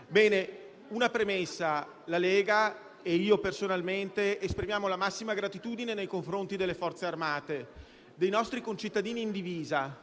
il Gruppo Lega e io personalmente esprimiamo la massima gratitudine nei confronti delle Forze armate e dei nostri concittadini in divisa.